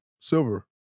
Silver